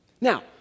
Now